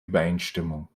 übereinstimmung